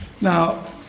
Now